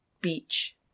beach